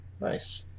Nice